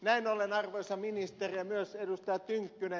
näin ollen arvoisa ministeri ja myös ed